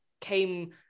came